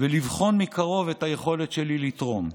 ולבחון מקרוב את היכולת שלי לתרום,